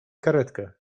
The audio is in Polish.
karetkę